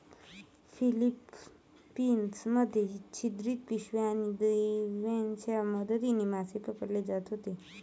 Philippines मध्ये छिद्रित पिशव्या आणि दिव्यांच्या मदतीने मासे पकडले जात होते